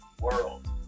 world